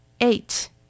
Eight